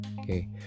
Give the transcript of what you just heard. okay